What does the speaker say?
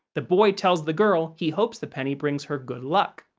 the boy tells the girl he hopes the penny brings her good luck.